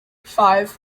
five